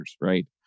right